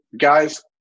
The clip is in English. guys